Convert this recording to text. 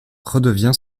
redevient